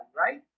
right